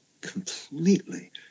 completely